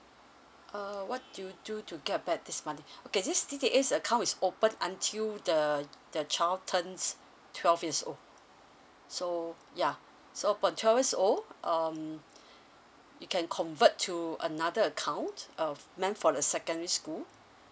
uh what do you do to get back this money okay this C_D_A account is open until the the child turns twelve years old so yeah so upon twelve years old um you can convert to another account uh meant for the secondary school